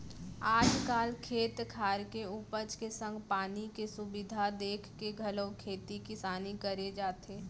आज काल खेत खार के उपज के संग पानी के सुबिधा देखके घलौ खेती किसानी करे जाथे